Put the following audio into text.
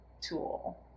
tool